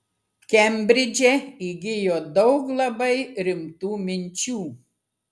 kembridže įgijo daug labai rimtų minčių